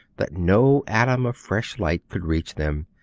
that no atom of fresh light could reach them,